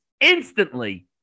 instantly